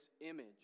image